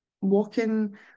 walking